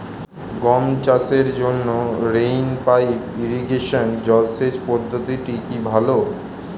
গম চাষের জন্য রেইন পাইপ ইরিগেশন জলসেচ পদ্ধতিটি কি ভালো?